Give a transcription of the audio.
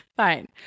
Fine